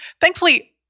Thankfully